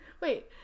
Wait